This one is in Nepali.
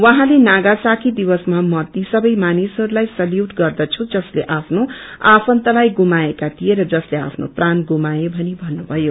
उहाँले नागासाकी दिवसमा म ती सबै मानिसहस्ताई सेलुट गर्दछु जसले आफ्नो आफन्तलाई गुमाएका थिए र जसले आफ्नो प्राण गुमाए भनी भन्नुभयो